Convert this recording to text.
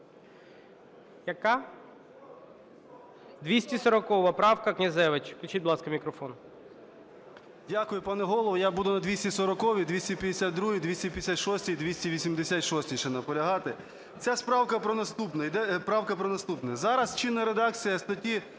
Яка? 240 правка, Князевич. Включіть, будь ласка, мікрофон. 11:07:24 КНЯЗЕВИЧ Р.П. Дякую, пане Голово! Я буду на 240-й, 252-й, 256-й, 286-й ще наполягати. Ця правка про наступне. Зараз чинна редакція статті